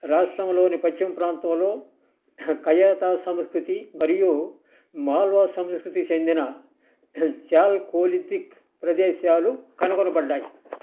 రాష్ట్రంలోని పశ్చిమ ప్రాంతంలో కయాతా సంస్కృతి మరియు మాల్వా సంస్కృతికి చెందిన చాల్కోలితిక్ ప్రదేశాలు కనుగొనబడ్డాయి